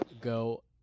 go